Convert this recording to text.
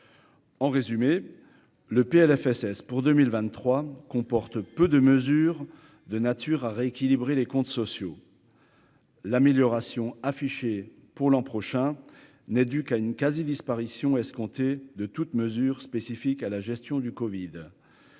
en résumé, le Plfss pour 2023 comporte peu de mesures de nature à rééquilibrer les comptes sociaux, l'amélioration affichés pour l'an prochain n'est due qu'à une quasi-disparition escompté de toute mesure spécifique à la gestion du Covid,